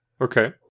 Okay